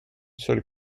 seule